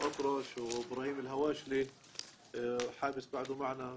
היה גם המנכ"ל והצבענו על המלצות מקצועיות